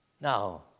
Now